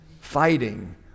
fighting